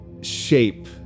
shape